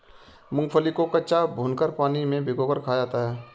मूंगफली को कच्चा, भूनकर, पानी में भिगोकर खाया जाता है